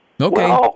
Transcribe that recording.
Okay